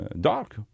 dark